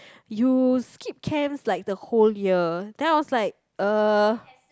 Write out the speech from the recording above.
you skip camps like the whole year then I was like uh